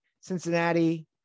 Cincinnati